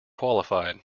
qualified